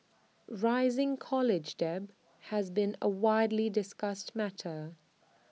rising college debt has been A widely discussed matter